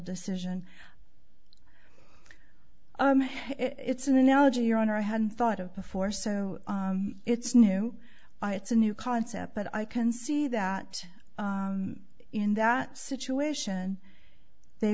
decision it's an analogy your honor i hadn't thought of before so it's new it's a new concept but i can see that in that situation they